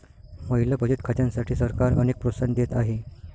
महिला बचत खात्यांसाठी सरकार अनेक प्रोत्साहन देत आहे